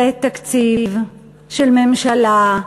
זה תקציב של ממשלה,